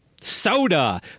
soda